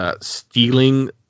Stealing